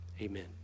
Amen